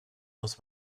muss